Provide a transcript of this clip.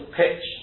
pitch